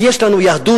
כי יש לנו יהדות,